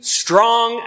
strong